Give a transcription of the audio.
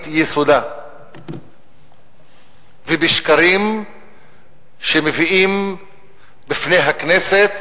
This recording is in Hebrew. יסודה ובשקרים שמביאים בפני הכנסת,